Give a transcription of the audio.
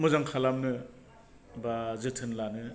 मोजां खालामनो बा जोथोन लानो